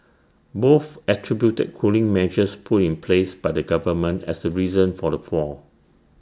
both attributed cooling measures put in place by the government as the reason for the fall